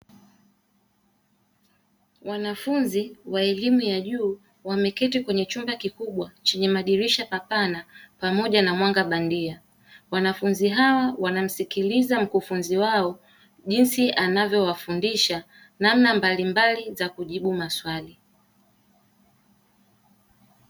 Wanafunzi wa elimu ya juu wameketi kwenye chumba kikubwa chenye madirisha mapana pamoja na mwanga bandia, wanafunzi hawa wanamsikiliza mkufunzi wao jinsi anavyowafundisha namna mbalimbali za kujibu maswali.